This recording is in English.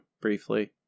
briefly